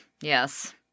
Yes